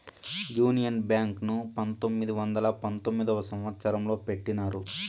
union Bank ను పంతొమ్మిది వందల పంతొమ్మిదవ సంవచ్చరంలో పెట్టినారు